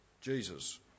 Jesus